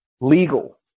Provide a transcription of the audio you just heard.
legal